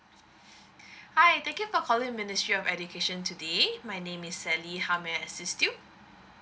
hi thank you for calling ministry of education today my name is sally how may I assist you